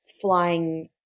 flying